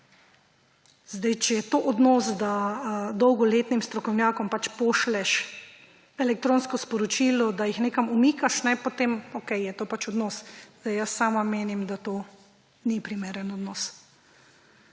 Če je to odnos, da dolgoletnim strokovnjakom pač pošlješ elektronsko sporočilo, da jih nekam umikaš, potem okej, je to pač odnos. Jaz sama menim, da to ni primeren odnos.